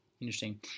Interesting